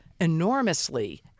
enormously